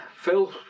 Phil